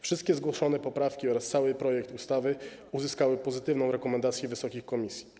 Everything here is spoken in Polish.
Wszystkie zgłoszone poprawki oraz cały projekt ustawy uzyskały pozytywną rekomendację wysokich komisji.